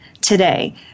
today